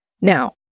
Now